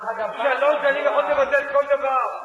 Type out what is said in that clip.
שלוש שנים, יכולתם לתת כל דבר.